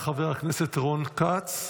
תהיה סרבנות,